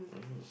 mm